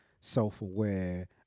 self-aware